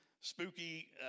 spooky